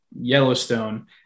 Yellowstone